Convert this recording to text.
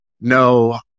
no